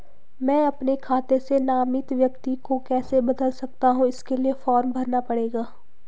मैं अपने खाते से नामित व्यक्ति को कैसे बदल सकता हूँ इसके लिए फॉर्म भरना पड़ेगा?